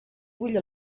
bull